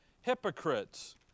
hypocrites